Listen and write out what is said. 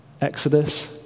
Exodus